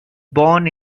born